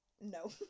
no